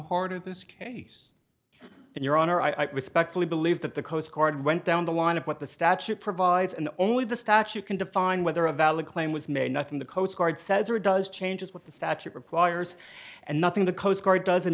heart of this case and your honor i respectfully believe that the coast guard went down the line of what the statute provides and only the statute can define whether a valid claim was made nothing the coast guard says or does change is what the statute requires and nothing the coast guard does and